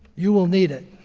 you will need it.